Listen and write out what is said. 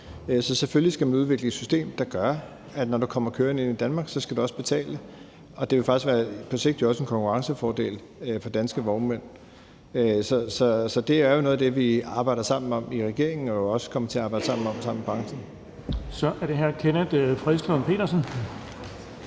Så selvfølgelig skal man udvikle et system, der gør, at du, når du kommer kørende ind i Danmark, også skal betale, og det vil jo faktisk på sigt også være en konkurrencefordel for danske vognmænd. Så det er jo noget af det, vi arbejder sammen om i regeringen, og som vi også kommer til at arbejde sammen om med branchen. Kl. 11:40 Den fg. formand (Erling